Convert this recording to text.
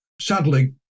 sadly